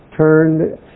turned